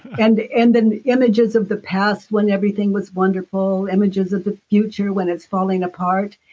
and the and and images of the past when everything was wonderful, images of the future, when it's falling apart.